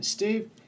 Steve